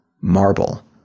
marble